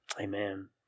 amen